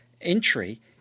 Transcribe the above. entry